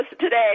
today